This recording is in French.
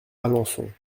alençon